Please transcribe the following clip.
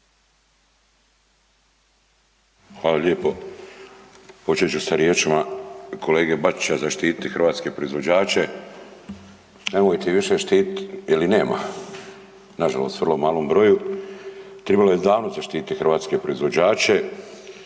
Hvala lijepo. Počet ću sa riječima kolege Bačića, zaštiti hrvatske proizvođače, nemojte ih više štiti jer ih nema, nažalost u vrlo malom broju. Tribali su davno se štiti hrvatske proizvođače,